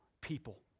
people